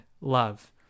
love